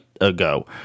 ago